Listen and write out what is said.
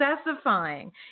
specifying